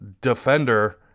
defender